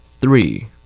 Three